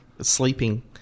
sleeping